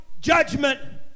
judgment